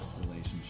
relationship